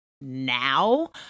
now